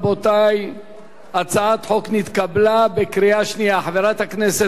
חברת הכנסת אורלי לוי אבקסיס לא הספיקה להצביע.